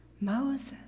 Moses